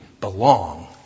belong